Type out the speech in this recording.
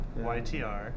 YTR